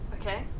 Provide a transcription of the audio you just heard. Okay